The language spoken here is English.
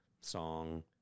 song